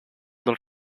dels